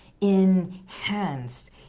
enhanced